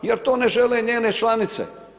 Jer to ne žele njene članice.